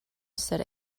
said